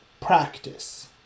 practice